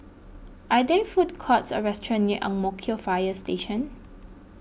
are there food courts or restaurants near Ang Mo Kio Fire Station